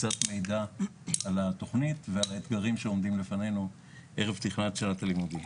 על התוכנית ועל האתגרים שעומדים לפנינו ערב פתיחת שנת הלימודים.